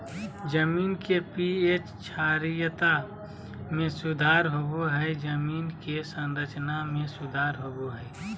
जमीन के पी.एच क्षारीयता में सुधार होबो हइ जमीन के संरचना में सुधार होबो हइ